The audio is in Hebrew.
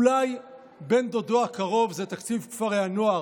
אולי בן דודו הקרוב זה תקציב כפרי הנוער,